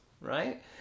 right